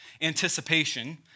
anticipation